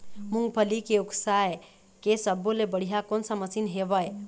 मूंगफली के उसकाय के सब्बो ले बढ़िया कोन सा मशीन हेवय?